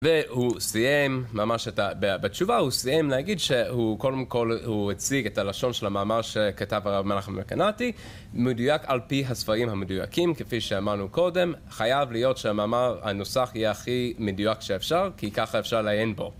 והוא סיים ממש בתשובה, הוא סיים להגיד שהוא קודם כל הוא הציג את הלשון של המאמר שכתב הרב מנחם רקנאטי מדויק על פי הספרים המדויקים, כפי שאמרנו קודם, חייב להיות שהמאמר הנוסח יהיה הכי מדויק שאפשר, כי ככה אפשר לעיין בו